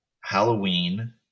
Halloween